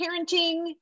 parenting